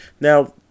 Now